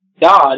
God